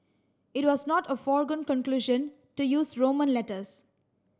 it was not a foregone conclusion to use Roman letters